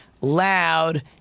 loud